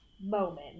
moment